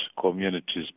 communities